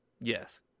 Yes